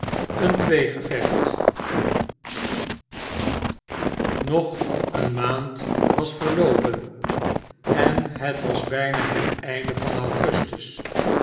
een tweegevecht nog eene maand was verloopen en het was bijna het einde van augustus